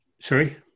Sorry